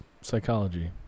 psychology